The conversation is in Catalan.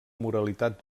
moralitat